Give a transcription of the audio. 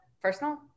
personal